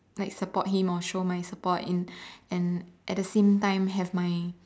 like support him or show my support in and at the same time have my